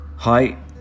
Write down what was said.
Hi